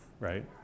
Right